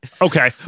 okay